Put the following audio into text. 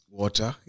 water